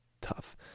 tough